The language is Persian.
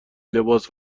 لباس